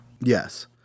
yes